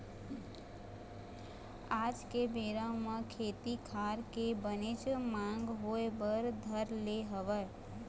आज के बेरा म खेती खार के बनेच मांग होय बर धर ले हवय